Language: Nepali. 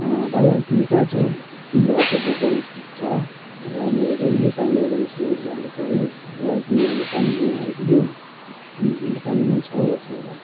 भाइ अहिले तिमी कहाँ छौ तिम्रो अटो बुक गर्नु छ र मेरो जरुरी कामले गर्दा म सिलगडी जानु पर्यो र तिमी अहिले कालेम्पोङ आइपुग्यौ तिमी कालेम्पोङमा छौ या छैन